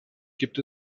gibt